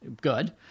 Good